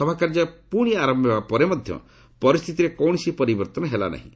ସଭାକାର୍ଯ୍ୟ ପୁଣି ଆରନ୍ତ ହେବା ପରେ ମଧ୍ୟ ପରିସ୍ଥିତିରେ କୌଣସି ପରିବର୍ତ୍ତନ ହେଲା ନାହିଁ